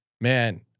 Man